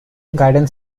guidance